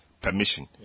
permission